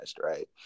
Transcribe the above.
right